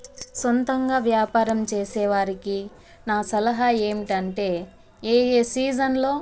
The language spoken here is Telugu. సొంతంగా వ్యాపారం చేసేవారికి నా సలహా ఏమిటి అంటే ఏయే సీజన్లో